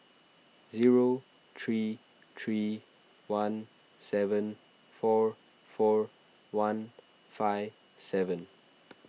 zero three three one seven four four one five seven